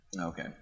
Okay